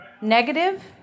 negative